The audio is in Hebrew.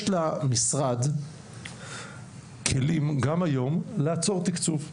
יש למשרד כלים גם היום לעצור תקצוב ולהעניש,